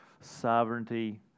sovereignty